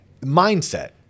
mindset